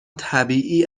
طبیعی